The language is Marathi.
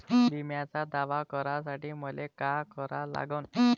बिम्याचा दावा करा साठी मले का करा लागन?